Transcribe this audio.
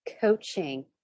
coaching